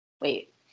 Wait